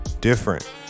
different